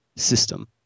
system